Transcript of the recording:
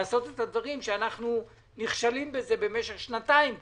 לעשות את הדברים שאנחנו נכשלים בהם מזה שנתיים כבר,